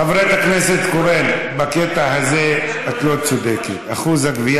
בחייאת, אל תענה לה, לא לה ולא לאחרים.